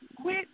quit